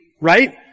right